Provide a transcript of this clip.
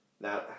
now